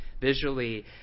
Visually